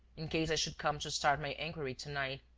in case i should come to start my inquiry to-night.